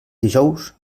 dijous